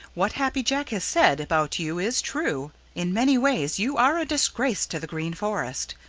what happy jack has said about you is true. in many ways you are a disgrace to the green forest.